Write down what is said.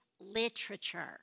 literature